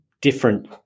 different